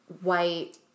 white